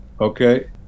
okay